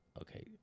Okay